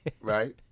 right